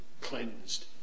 cleansed